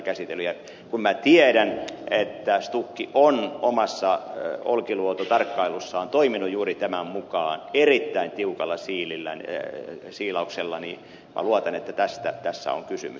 ja kun minä tiedän että stuk on omassa olkiluoto tarkkailussaan toiminut juuri tämän mukaan erittäin tiukalla siilauksella niin minä luotan että tästä tässä on kysymys